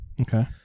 Okay